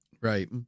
Right